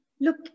look